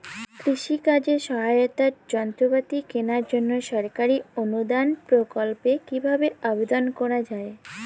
কৃষি কাজে সহায়তার যন্ত্রপাতি কেনার জন্য সরকারি অনুদান প্রকল্পে কীভাবে আবেদন করা য়ায়?